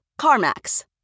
CarMax